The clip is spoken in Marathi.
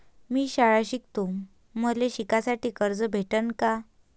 मी शाळा शिकतो, मले शिकासाठी कर्ज भेटन का?